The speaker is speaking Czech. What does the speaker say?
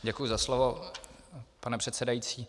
Děkuju za slovo, pane předsedající.